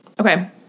Okay